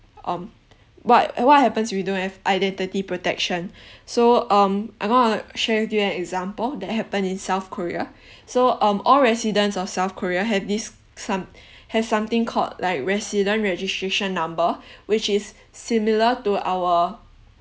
um what what happens we don't have identity protection so um I wanna share with you an example that happened in south korea so um all residents of south korea have this some have something called like resident registration number which is similar to our